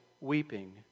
weeping